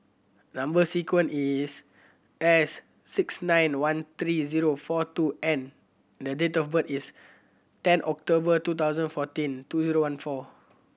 number sequence is S six nine one three zero four two N and date of birth is ten October two thousand fourteen two zero one four